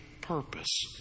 purpose